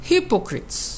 Hypocrites